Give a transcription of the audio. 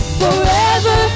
forever